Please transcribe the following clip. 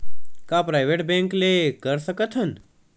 का private bank ले कर सकत हन?